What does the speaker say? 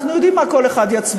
אנחנו הרי יודעים מה כל אחד יצביע,